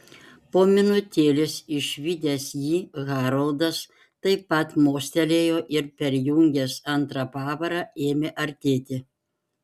po minutėlės išvydęs jį haroldas taip pat mostelėjo ir perjungęs antrą pavarą ėmė artėti